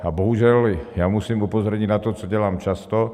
A bohužel, já musím upozornit na to, co dělám často.